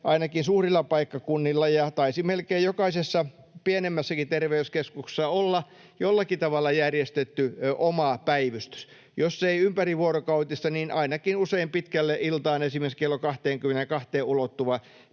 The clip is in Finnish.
ainakin suurilla paikkakunnilla ja taisi melkein jokaisessa pienemmässäkin terveyskeskuksessa olla jollakin tavalla järjestetty oma päivystys — jos ei ympärivuorokautista niin ainakin usein pitkälle iltaan esimerkiksi kello 22:een ulottuva